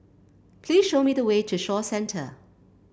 please show me the way to Shaw Centre